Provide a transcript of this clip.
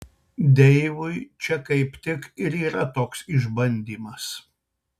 deivui čia kaip tik ir yra toks išbandymas